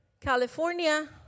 California